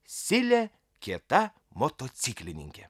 silė kieta motociklininkė